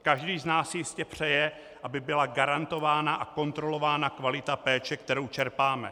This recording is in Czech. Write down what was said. Každý z nás si jistě přeje, aby byla garantována a kontrolována kvalita péče, kterou čerpáme.